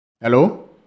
Hello